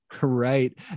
Right